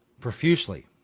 profusely